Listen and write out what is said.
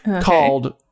called